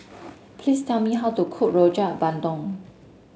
please tell me how to cook Rojak Bandung